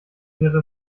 wäre